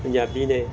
ਪੰਜਾਬੀ ਨੇ